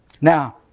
Now